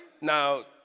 now